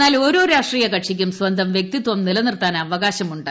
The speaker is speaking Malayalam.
എന്നാൽ ഓരോ രാഷ്ട്രീയ കക്ഷിക്കും സ്വന്തം വ്യക്തിത്വം നിലനിർത്താൻ അവകാശമുണ്ട്